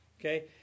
okay